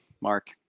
Mark